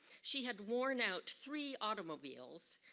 she had worn out three automobiles,